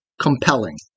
compelling